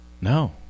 No